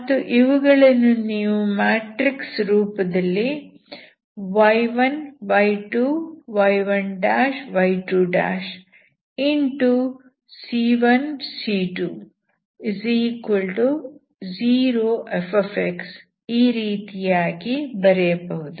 ಮತ್ತು ಇವುಗಳನ್ನು ನೀವು ಮ್ಯಾಟ್ರಿಕ್ಸ್ ರೂಪದಲ್ಲಿ ಈ ರೀತಿಯಾಗಿ ಬರೆಯಬಹುದು